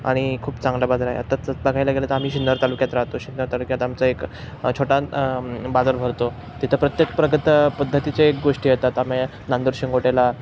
आणि खूप चांगला बाजार आहे आताच बघायला गेलं तर आम्ही सिन्नर तालुक्यात राहतो सिन्नर तालुक्यात आमचा एक छोटा बाजार भरतो तिथं प्रत्येक प्रगत पद्धतीचे एक गोष्टी येतात आम्ही नांदूर शिंगोटेला